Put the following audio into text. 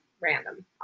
random